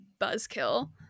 buzzkill